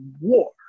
war